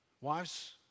Wives